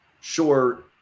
sure